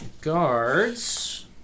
guards